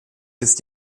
ist